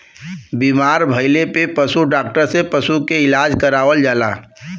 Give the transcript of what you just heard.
बीमार भइले पे पशु डॉक्टर से पशु के इलाज करावल जाला